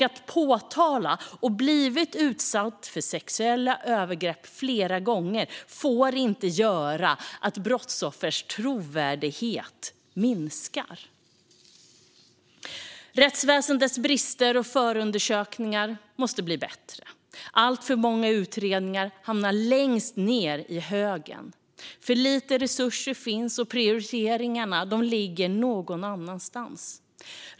Att ha blivit utsatt för sexuella övergrepp flera gånger och ha påtalat detta får inte göra att brottsoffrets trovärdighet minskar. Rättsväsendet har brister. Förundersökningarna måste bli bättre. Alltför många utredningar hamnar längst ned i högen. Det finns för lite resurser, och prioriteringarna ligger någon annanstans.